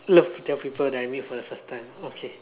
love to tell people that I meet for the first time okay